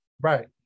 Right